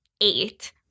eight